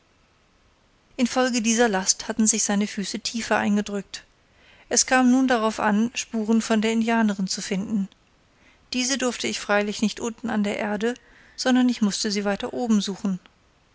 infolge dieser last hatten sich seine füße tiefer eingedrückt es kam nun darauf an spuren von der indianerin zu finden diese durfte ich freilich nicht unten an der erde sondern ich mußte sie weiter oben suchen